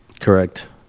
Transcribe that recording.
Correct